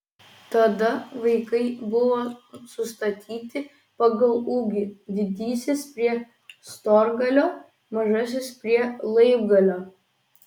tada vaikai buvo sustatyti pagal ūgį didysis prie storgalio mažasis prie laibgalio